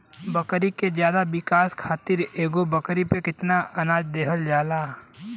बकरी के ज्यादा विकास खातिर एगो बकरी पे कितना अनाज देहल जाला?